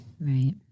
Right